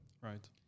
Right